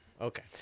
Okay